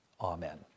Amen